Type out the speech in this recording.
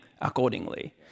accordingly